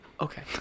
Okay